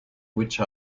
which